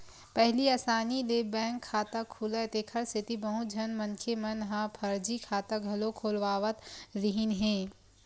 पहिली असानी ले बैंक खाता खुलय तेखर सेती बहुत झन मनखे मन ह फरजी खाता घलो खोलवावत रिहिन हे